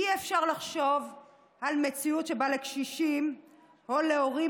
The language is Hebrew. אי-אפשר לחשוב על מציאות שבה לקשישים או להורים